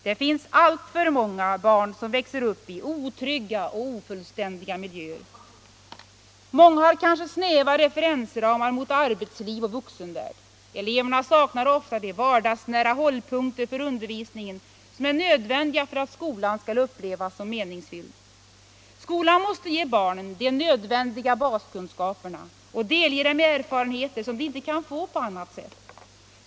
Det finns alltför många barn som växer upp i otrygga och ofullständiga miljöer. Många har kanske snäva referensramar mot arbetsliv och vuxenvärld. Eleverna saknar ofta de vardagsnära hållpunkter för undervisningen som är nödvändiga för att skolan skall upplevas som meningsfull. Skolan måste ge barnen de nödvändiga baskunskaperna och erfarenheter som de inte kan få på annat sätt.